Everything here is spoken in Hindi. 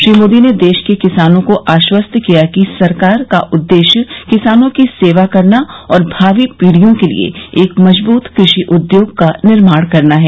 श्री मोदी ने देश के किसानों को आश्वस्त किया कि सरकार का उद्देश्य किसानों की सेवा करना और भावी पीढ़ियों के लिए एक मजबूत कृषि उद्योग का निर्माण करना है